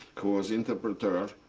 who was interpreter.